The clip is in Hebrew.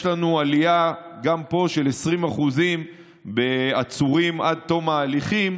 יש לנו עלייה של 20% בעצורים עד תום ההליכים,